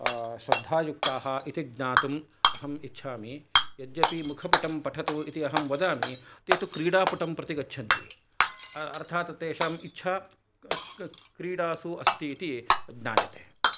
श्रद्धायुक्ताः इति ज्ञातुम् अहम् इच्छामि यद्यपि मुखपुटं पठतु इति अहं वदामि ते तु क्रीडापुटं प्रति गच्छन्ति अर्थात् तेषाम् इच्छा क्रीडासु अस्ति इति ज्ञायते